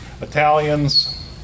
Italians